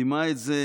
דימה את זה,